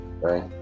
right